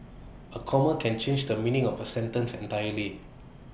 A comma can change the meaning of A sentence entirely